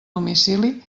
domicili